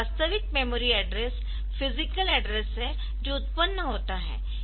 वास्तविक memory address physical address है जो उत्पन्न होता है